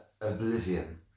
oblivion